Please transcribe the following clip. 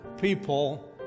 people